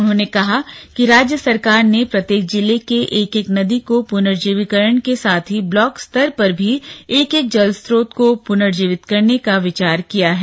उन्होंने कहा कि राज्य सरकार ने प्रत्येक जिले के एक एक नदी के पुनर्जीवीकरण के साथ ही ब्लॉकत स्तर पर भी एक एक जलस्रोत को पुनर्जीवित करने पर विचार किया है